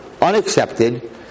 unaccepted